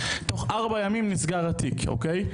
תוך ארבעה ימים נסגר התיק אוקיי?